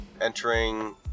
entering